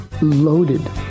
loaded